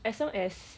as long as